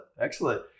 excellent